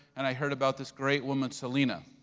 and i heard about this great woman selina.